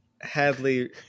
Hadley